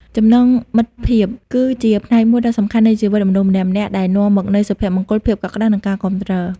ចំណងមិត្តភាព គឺជាផ្នែកមួយដ៏សំខាន់នៃជីវិតមនុស្សយើងម្នាក់ៗ ដែលនាំមកនូវសុភមង្គល ភាពកក់ក្ដៅ និងការគាំទ្រ។